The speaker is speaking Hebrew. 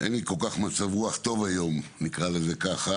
שאין לי כל כך מצב רוח טוב היום, נקרא לזה ככה,